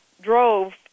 drove